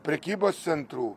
prekybos centrų